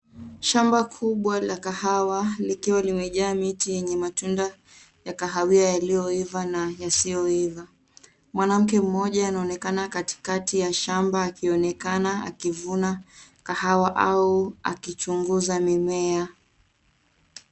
Shamba kubwa la kahawa likiwa limejaa miti yenye matunda ya kahawia yaliyoiva na yasiyoiva. Mwanamke mmoja anaonekana katikati ya shamba akionekana akivuna kahawa au akichunguza mimea.